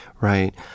Right